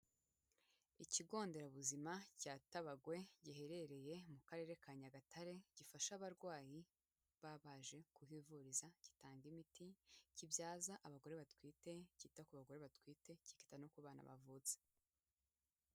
Ikigo Nderabuzima cya Tabagwe giherereye mu Karere ka Nyagatare gifasha abarwayi baba baje kuhivuriza, gitanga imiti, kibyaza abagore batwite, cyita ku bagore batwite kikita no ku bana bavutse.